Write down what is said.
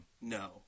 No